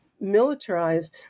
militarized